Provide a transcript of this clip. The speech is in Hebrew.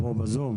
בזום.